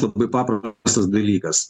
labai paprastas dalykas